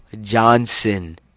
Johnson